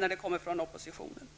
än förslag från oppositionen.